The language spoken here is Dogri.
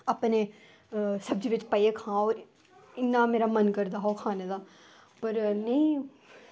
ते सब्ज़ी बिच पाइयै खांऽ ते इन्ना मेरा मन करदा हा खानै दा पर नेईं